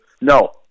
No